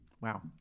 Wow